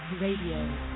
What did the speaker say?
Radio